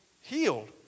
healed